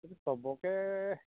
এইটো চবকে